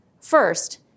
First